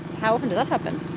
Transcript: how often does that happen?